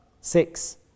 six